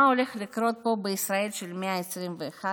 מה הולך לקרות פה בישראל של המאה ה-21?